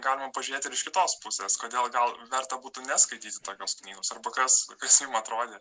galima pažiūrėti ir iš kitos pusės kodėl gal verta būtų neskaitys tokios knygos arba kas kas jum atrodė